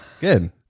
Good